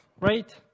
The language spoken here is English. right